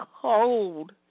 cold